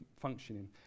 functioning